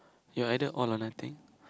you're either all or nothing